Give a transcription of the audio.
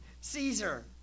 Caesar